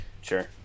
Sure